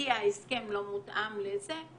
כי ההסכם לא מותאם לזה,